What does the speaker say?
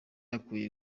akwiye